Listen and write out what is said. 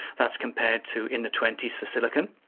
that's compared to in the twenty s for silicon,